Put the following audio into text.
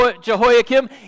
Jehoiakim